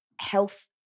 health